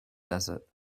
desert